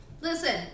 Listen